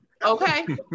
Okay